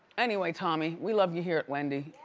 anyway tommy, we love you here at wendy.